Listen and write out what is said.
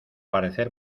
parecer